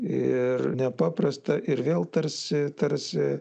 ir nepaprasta ir vėl tarsi tarsi